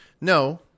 No